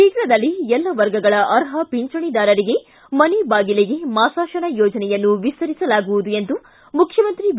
ಶೀಘದಲ್ಲೇ ಎಲ್ಲ ವರ್ಗಗಳ ಅರ್ಹ ಪಿಂಚಣಿದಾರರಿಗೆ ಮನೆ ಬಾಗಿಲಿಗೆ ಮಾಸಾಶನ ಯೋಜನೆಯನ್ನು ವಿಸ್ತರಿಸಲಾಗುವುದು ಎಂದು ಮುಖ್ಯಮಂತ್ರಿ ಬಿ